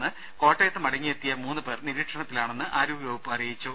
നിന്ന് കോട്ടയത്ത് മടങ്ങിയെത്തിയ മൂന്നുപേർ നിരീക്ഷണത്തിലാണെന്ന് ആരോഗ്യ വകുപ്പ് അറിയിച്ചു